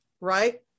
right